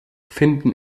finden